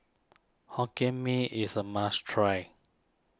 Hokkien Mee is a must try